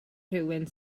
rywun